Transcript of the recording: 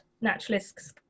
naturalists